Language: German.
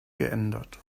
geändert